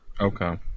Okay